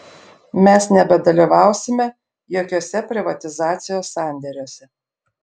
mes nebedalyvausime jokiuose privatizacijos sandėriuose